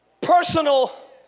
Personal